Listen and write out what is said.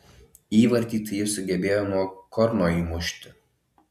įvartį tai jis sugebėjo nuo korno įmušti